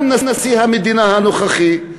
גם נשיא המדינה הנוכחי,